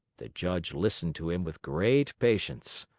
the judge listened to him with great patience.